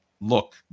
look